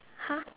!huh!